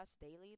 daily